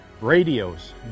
radios